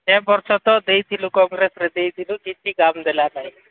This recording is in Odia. ସେ ବର୍ଷ ତ ଦେଇଥିଲୁ କଂଗ୍ରେସରେ ଦେଇଥିଲୁ କିଛି କାମ ଦେଲା ନାଇଁ